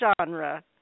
genre